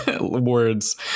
words